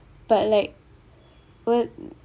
but like what